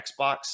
Xbox